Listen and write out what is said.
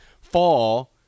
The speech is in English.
fall